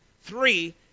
Three